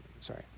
sorry